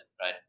right